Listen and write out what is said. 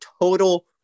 total